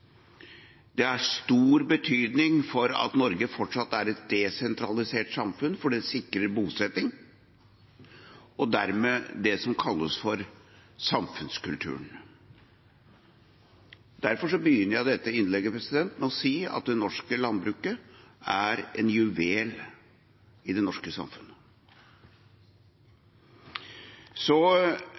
Det har stor betydning for at Norge fortsatt er et desentralisert samfunn, for det sikrer bosetting og dermed det som kalles for samfunnskulturen. Derfor begynner jeg dette innlegget med å si at det norske landbruket er en juvel i det norske samfunnet.